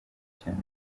cyane